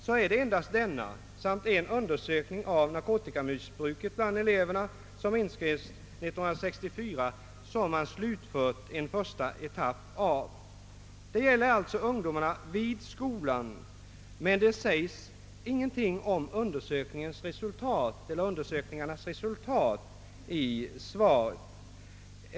Det är emellertid nyssnämnda undersökning och en undersökning om narkotikamissbruket bland elever som inskrevs 1964 som man slutfört en första etapp av. Det gäller alltså ungdomarna vid skolorna, men det sägs ingenting om undersökningarnas resultat i svaret.